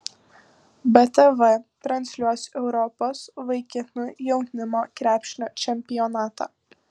btv transliuos europos vaikinų jaunimo krepšinio čempionatą